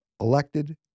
elected